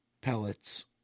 pellets